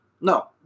No